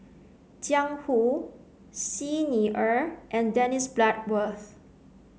Jiang Hu Xi Ni Er and Dennis Bloodworth